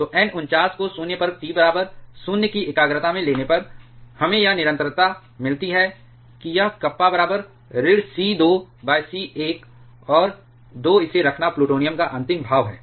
तो N 49 को 0 पर T बराबर 0 की एकाग्रता में लेने पर हमें यह निरंतरता मिलती है कि यह kappa बराबर ऋण c 2 c 1 और 2 इसे रखना प्लूटोनियम का अंतिम भाव है